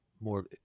more